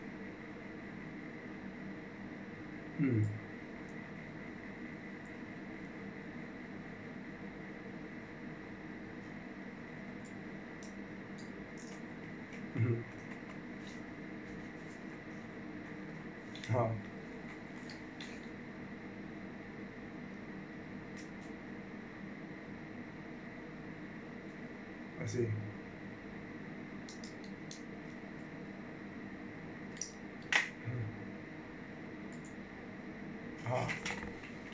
mm (uh huh) ha I see ah